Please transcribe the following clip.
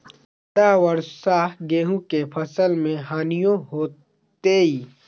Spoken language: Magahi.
ज्यादा वर्षा गेंहू के फसल मे हानियों होतेई?